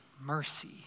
mercy